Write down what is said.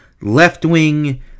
left-wing